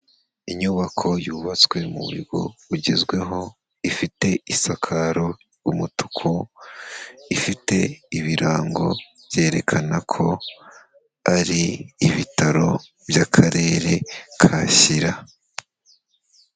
Inyubako yubatswe mu buryo bugezweho, ifite isakaro ry'umutuku, ifite ibirango byerekana ko ari ibitaro by'a akarere ka Shyira.